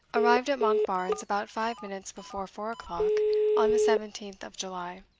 arrived at monkbarns about five minutes before four o'clock on the seventeenth of july.